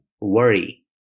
worry